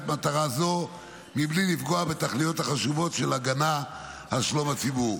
מטרה זו בלי לפגוע בתכליות החשובות של הגנה על שלום הציבור.